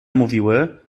mówiły